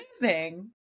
Amazing